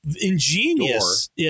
ingenious